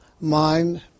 mind